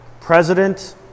president